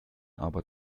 aber